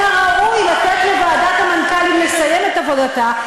מן הראוי לתת לוועדת המנכ"לים לסיים את עבודתה,